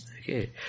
Okay